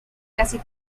casi